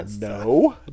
No